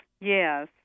Yes